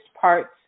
parts